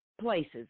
places